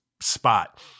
spot